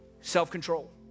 Self-control